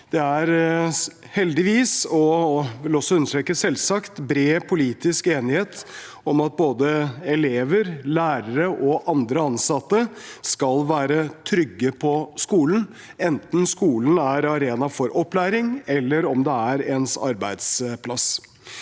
selvsagt – bred politisk enighet om at både elever, lærere og andre ansatte skal være trygge på skolen, enten skolen er arena for opplæring, eller den er ens arbeidsplass.